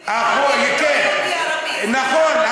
נכון,